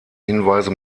hinweise